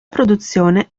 produzione